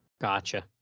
Gotcha